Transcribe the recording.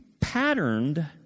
patterned